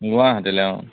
গুৱাহাটীলৈ অঁ